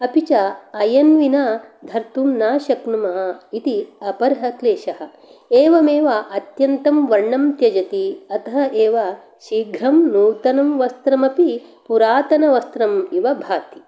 अपि च अयन् विना धर्तुं न शक्नुमः इति अपरः क्लेषः एवमेव अत्यन्तं वर्णं त्यजति अतः एव शीघ्रं नूतनं वस्त्रमपि पुरातनवस्त्रम् इव भाति